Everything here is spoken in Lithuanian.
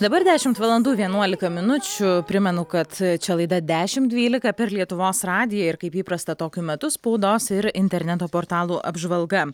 dabar dešimt valandų vienuolika minučių primenu kad čia laida dešim dvylika per lietuvos radiją ir kaip įprasta tokiu metu spaudos ir interneto portalų apžvalga